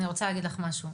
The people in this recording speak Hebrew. אני רוצה להגיד לך משהו,